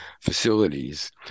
facilities